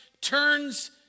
turns